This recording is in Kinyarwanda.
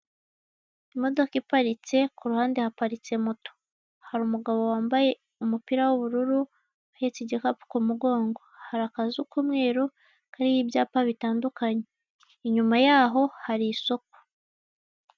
Imodoka iparitse ku ruhande haparitse moto, hari umugabo wambaye umupira w'ubururu ahetse igikapu ku mugongo, hari akazu k'umweru kariho ibyapa bitandukanye, inyuma yaho hari isoko.